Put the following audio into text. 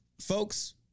folks